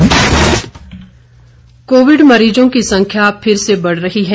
Covid संदेश covid मरीजों की संख्या फिर से बढ़ रही है